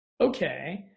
Okay